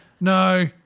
No